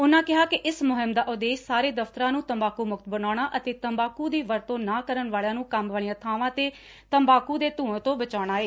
ਉਨੂਾਂ ਕਿਹਾ ਕਿ ਇਸ ਮੁਹਿਮ ਦਾ ਉਦੇਸ਼ ਸਾਰੇ ਦਫਤਰਾਂ ਨੂੰ ਤੰਬਾਕੂ ਮੁਕਤ ਬਣਾਉਣਾ ਅਤੇ ਤੰਬਾਕੂ ਦੀ ਵਰਤੋਂ ਨਾ ਕਰਨ ਵਾਲਿਆਂ ਨੂੰ ਕੰਮ ਵਾਲੀਆਂ ਥਾਵਾਂ ਤੇ ਤੰਬਾਕੂ ਦੇ ਧੂਏਂ ਤੋਂ ਬਚਾਉਣਾ ਏ